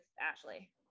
Ashley